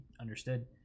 understood